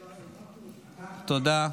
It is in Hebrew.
תודה.